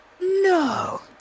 no